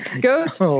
Ghost